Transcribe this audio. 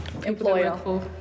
Employer